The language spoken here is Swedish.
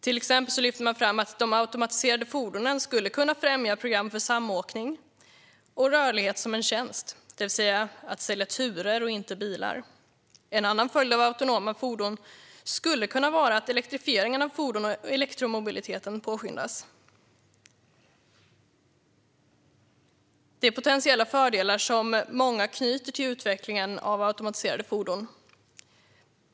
Till exempel lyfter man fram att de automatiserade fordonen skulle kunna främja program för samåkning och rörlighet som en tjänst, det vill säga sälja turer och inte bilar. En annan följd av autonoma fordon skulle kunna vara att elektrifieringen av fordon och elektromobiliteten påskyndas. Det är potentiella fördelar som många knyter till utvecklingen av automatiserade fordon.